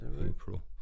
April